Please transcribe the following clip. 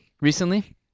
Recently